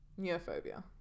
Neophobia